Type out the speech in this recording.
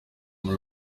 muri